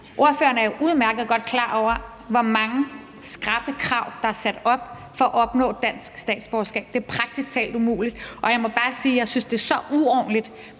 Ordføreren er jo udmærket godt klar over, hvor mange skrappe krav der er sat op for at opnå dansk statsborgerskab. Det er praktisk talt umuligt. Og jeg må bare sige, at jeg synes, det er så uordentligt,